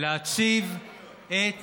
להציב את